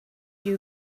you